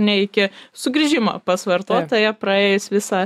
ne iki sugrįžimo pas vartotoją praėjus visą